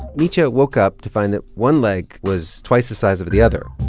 mitya woke up to find that one leg was twice the size of the other.